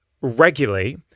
regularly